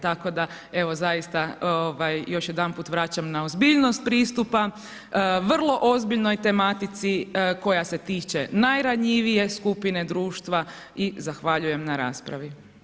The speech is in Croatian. Tako da evo, zaista još jedanput vraćam na ozbiljnost pristupa vrlo ozbiljnoj tematici koja se tiče najranjivije skupine društva i zahvaljujem na raspravi.